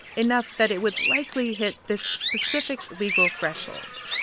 enough that it would likely hit this specific legal threshold.